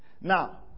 Now